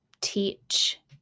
Teach